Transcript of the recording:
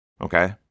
okay